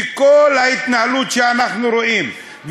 וכל ההתנהלות שאנחנו רואים,